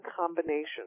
combination